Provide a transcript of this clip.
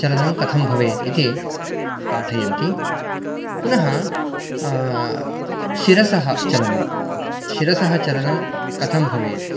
चलनं कथं भवेत् इति पाठयन्ति पुनः शिरसः चलनं शिरसः चलनं कथं भवेत्